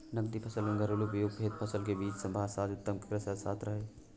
नकदी फसल एवं घरेलू उपभोग हेतु फसल के बीच सामंजस्य उत्तम कृषि अर्थशास्त्र है